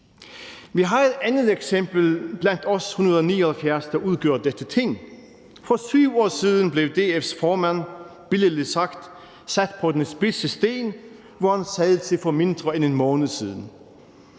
Vi har et andet eksempel blandt os 179, der udgør dette Ting. For 7 år siden blev DF’s formand billedligt sagt sat på den spidse sten, hvor han sad til for mindre end 1 måned siden.